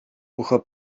ucho